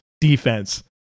defense